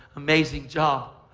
amazing job.